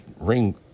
ring